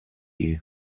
you